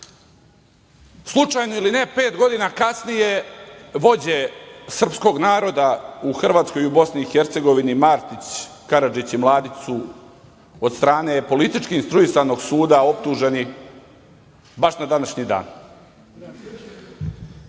promena. Slučajno ili ne, pet godina kasnije vođe srpskog naroda u Hrvatskoj i u BiH, Martić, Karadžić i Mladić su od strane politički instruisanog suda optuženi baš na današnji